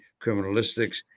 criminalistics